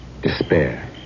Despair